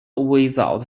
without